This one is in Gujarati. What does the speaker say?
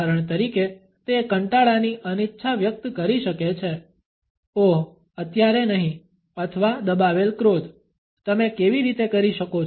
ઉદાહરણ તરીકે તે કંટાળાની અનિચ્છા વ્યક્ત કરી શકે છે ઓહ અત્યારે નહી અથવા દબાવેલ ક્રોધ તમે કેવી રીતે કરી શકો છો